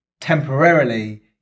temporarily